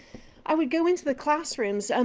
i would go into the classrooms, and